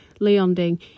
Leonding